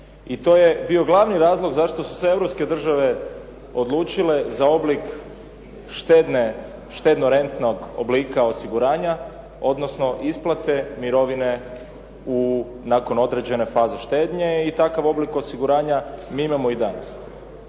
i to je bio glavni razlog zašto su se europske države odlučile za oblik štedno-rentnog oblika osiguranja, odnosno isplate mirovine nakon određene faze štednje. I takav oblik osiguranja mi imamo i danas.